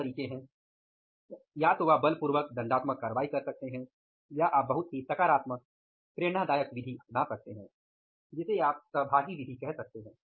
दो तरीके हैं या तो आप बलपूर्वकदंडात्मक कार्यवाई कर सकते हैं या आप बहुत सकारात्मक प्रेरणादायक विधि अपना सकते हैं जिसे आप सहभागी विधि कह सकते हैं